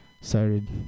started